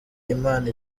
imana